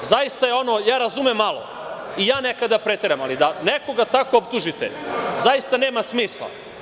Ja razumem malo i ja nekada preteram, ali da nekoga tako optužite, zaista nema smisla.